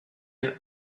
have